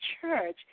church